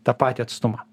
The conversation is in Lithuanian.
tą patį atstumą